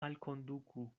alkonduku